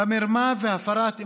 במרמה ובהפרת אמונים,